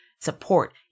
support